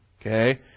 Okay